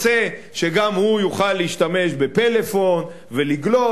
רוצה שגם הוא יוכל להשתמש בפלאפון ולגלוש